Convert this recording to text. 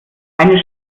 eine